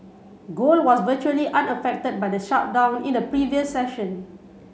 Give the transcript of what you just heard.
gold was virtually unaffected by the shutdown in the previous session